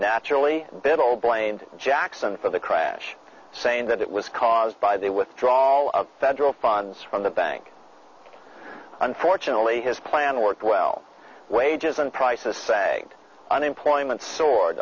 naturally bittle blamed jackson for the crash saying that it was caused by the withdrawal of federal funds from the bank unfortunately his plan worked well wages and prices sagged unemployment s